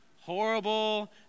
horrible